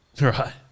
Right